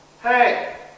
hey